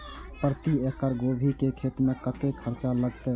प्रति एकड़ गोभी के खेत में कतेक खर्चा लगते?